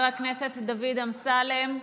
חבר הכנסת דוד אמסלם,